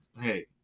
hey